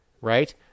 right